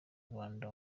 rwanda